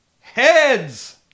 heads